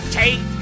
take